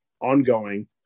ongoing